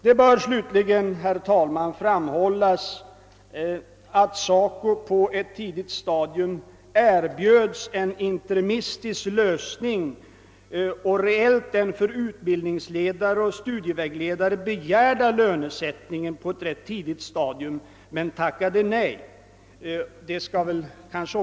Det bör slutligen framhållas att SACO på ett tidigt stadium erbjöds en interimistisk lösning och reellt den för utbildningsledare och studievägledare begärda lönesättningen men tackade nej.